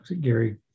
Gary